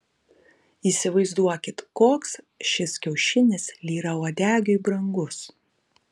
įsivaizduokit koks šis kiaušinis lyrauodegiui brangus